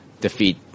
defeat